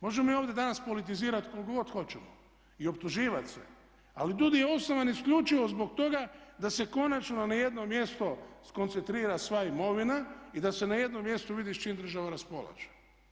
Možemo mi ovdje danas politizirat koliko god hoćemo i optuživat se ali DUUDI je osnovan isključivo zbog toga da se konačno na jednom mjesto skoncentrira sva imovina i da se na jedno mjestu vidi s čim država raspolaže.